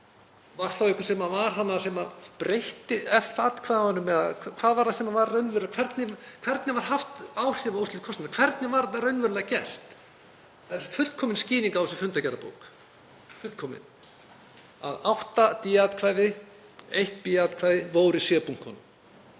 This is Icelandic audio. Var þá einhver sem var þarna sem breytti F-atkvæðunum eða hvað var það sem raunverulega gerðist? Hvernig var haft áhrif á úrslit kosninga? Hvernig var þetta raunverulega gert? Það er fullkomin skýring á þessu í fundargerðabók, fullkomin, að 8 D-atkvæði og eitt B-atkvæði voru í C-bunkanum.